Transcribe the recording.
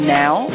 now